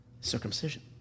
circumcision